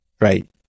Right